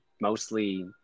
mostly